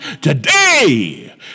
today